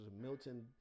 milton